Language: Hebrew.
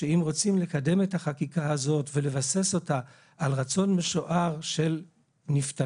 שאם רוצים לקדם את החקיקה הזאת ולבסס אותה על רצון משוער של נפטרים,